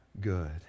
good